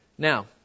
Now